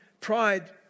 pride